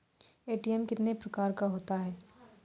ATM कितने प्रकार का होता हैं?